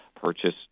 purchase